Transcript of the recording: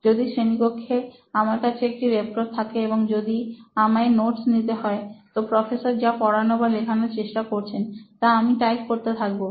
যদি শ্রেণিকক্ষে আমার কাছে একটি ল্যাপটপ থাকে এবং যদি আমায় নোটস নিতে হয় তো প্রফেসর যা পড়ানোর বা লেখানোর চেষ্টা করছেন তা আমি টাইপ করতে থাকবো